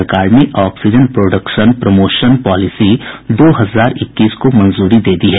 सरकार ने oxygen production promotion policy दो हजार इक्कीस को मंजूरी दे दी है